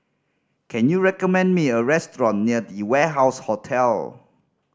can you recommend me a restaurant near The Warehouse Hotel